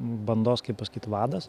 bandos kaip pasakyt vadas